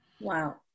Wow